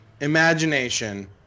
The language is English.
imagination